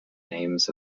names